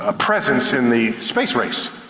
ah presence in the space race,